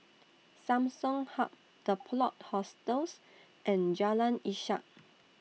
Samsung Hub The Plot Hostels and Jalan Ishak